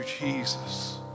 Jesus